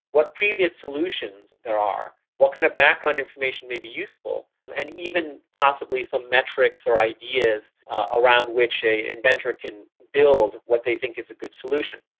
what previous solutions there are, what kind of background information may be useful, and even possibly some metrics or ideas ah around which an inventor can build what they think is a good solution.